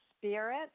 spirit